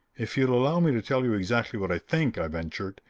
if you'll allow me to tell you exactly what i think, i ventured,